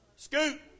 Scoot